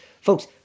Folks